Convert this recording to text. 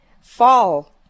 Fall